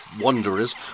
wanderers